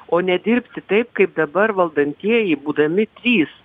o nedirbti taip kaip dabar valdantieji būdami trys